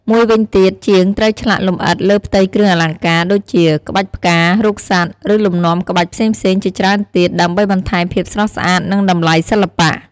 មួយវិញទៀត ជាងត្រូវឆ្លាក់លម្អិតលើផ្ទៃគ្រឿងអលង្ការ ដូចជា ក្បាច់ផ្កា រូបសត្វ ឬលំនាំក្បាច់ផ្សេងៗជាច្រើនទៀត ដើម្បីបន្ថែមភាពស្រស់ស្អាត និងតម្លៃសិល្បៈ។